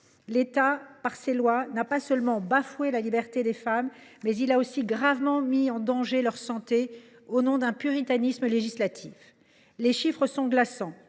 L’État, par ses lois, n’a pas seulement bafoué la liberté des femmes ; il a aussi gravement mis en danger leur santé, au nom d’un puritanisme législatif. Les chiffres sont glaçants